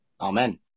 Amen